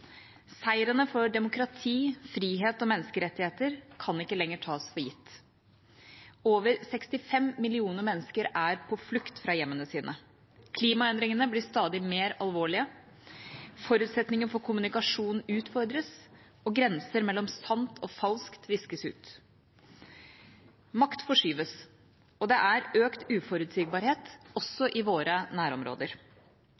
Seirene for demokrati, frihet og menneskerettigheter kan ikke lenger tas for gitt. Over 65 millioner mennesker er på flukt fra hjemmene sine. Klimaendringene blir stadig mer alvorlige. Forutsetningene for kommunikasjon utfordres, og grenser mellom sant og falskt viskes ut. Makt forskyves. Det er økt uforutsigbarhet,